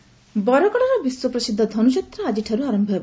ଧନୁଯାତ୍ରା ବରଗଡ଼ର ବିଶ୍ୱପ୍ରସିଦ୍ଧ ଧନୁଯାତ୍ରା ଆଜିଠାରୁ ଆରମ୍ଭ ହେବ